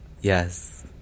Yes